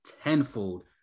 tenfold